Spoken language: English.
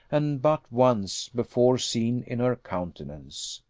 and but once, before seen in her countenance.